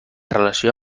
relació